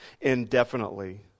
indefinitely